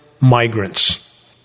migrants